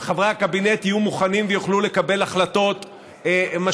חברי הקבינט יהיו מוכנים ויוכלו לקבל החלטות משמעותיות,